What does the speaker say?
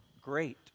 great